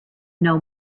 know